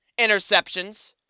interceptions